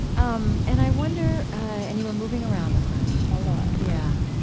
um and i wonder and you were moving around a lot a lot yeah.